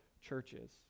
churches